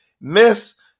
miss